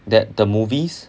that the movies